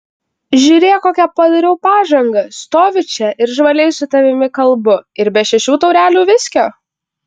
žiūrėk kokią padariau pažangą stoviu čia ir žvaliai su tavimi kalbu ir be šešių taurelių viskio